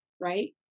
right